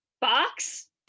Box